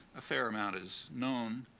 a fair amount is known,